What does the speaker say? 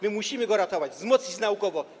Musimy go ratować, wzmocnić naukowo.